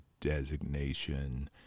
designation